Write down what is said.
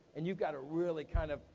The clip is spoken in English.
and you've gotta really kind of